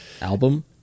album